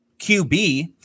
QB